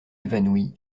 évanoui